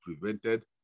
prevented